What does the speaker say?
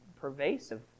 pervasive